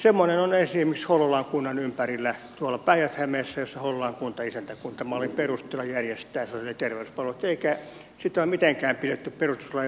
semmoinen on esimerkiksi hollolan kunnan ympärillä tuolla päijät hämeessä missä hollolan kunta isäntäkuntamallin perusteella järjestää sosiaali ja terveyspalvelut eikä sitä ole mitenkään pidetty perustuslain vastaisena